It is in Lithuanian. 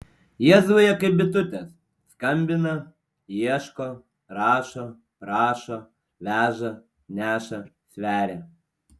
jie zuja kaip bitutės skambina ieško rašo prašo veža neša sveria